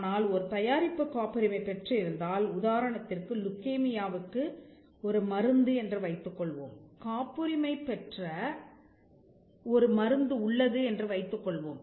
ஆனால் ஒரு தயாரிப்பு காப்புரிமை பெற்று இருந்தால் உதாரணத்திற்கு லியூகேமியா வுக்கு ஒரு மருந்து என்று வைத்துக்கொள்வோம் காப்புரிமை பெற்ற ஒரு மருந்து உள்ளது என்று வைத்துக்கொள்வோம்